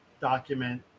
document